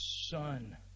Son